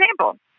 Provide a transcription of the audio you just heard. example